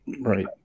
Right